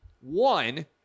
One